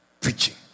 Preaching